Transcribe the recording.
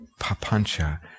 Papancha